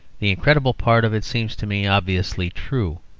the incredible part of it seems to me obviously true.